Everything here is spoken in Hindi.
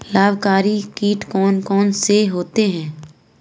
लाभकारी कीट कौन कौन से होते हैं?